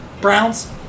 Browns